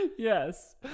Yes